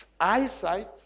eyesight